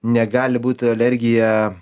negali būt alergija